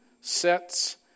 sets